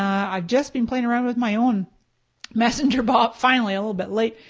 i've just been playing around with my own messenger bot, finally, a little bit late.